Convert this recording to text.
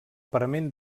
parament